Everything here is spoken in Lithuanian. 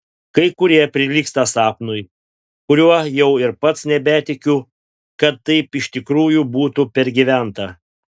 kai kurie prilygsta sapnui kuriuo jau ir pats nebetikiu kad taip iš tikrųjų būtų pergyventa